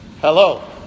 Hello